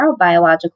neurobiological